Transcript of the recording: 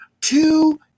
two